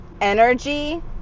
energy